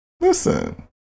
Listen